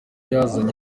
yazanye